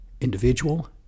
individual